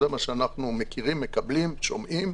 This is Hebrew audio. זה מה שאנחנו מכירים, מקבלים ושומעים.